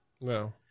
No